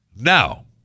Now